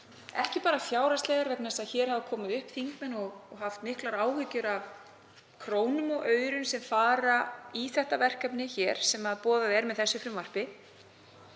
ekki bara fjárhagslegar, vegna þess að hér hafa komið upp þingmenn og haft miklar áhyggjur af krónum og aurum sem fara í þetta verkefni sem boðað er með þessu frumvarpi,